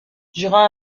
durant